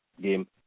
game